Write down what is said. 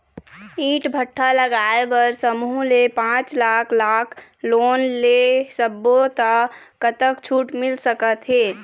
ईंट भट्ठा लगाए बर समूह ले पांच लाख लाख़ लोन ले सब्बो ता कतक छूट मिल सका थे?